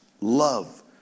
love